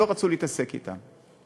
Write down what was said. לא רצו להתעסק אתם.